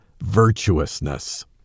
virtuousness